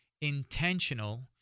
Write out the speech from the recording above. intentional